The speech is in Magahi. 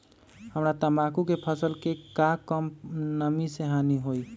हमरा तंबाकू के फसल के का कम नमी से हानि होई?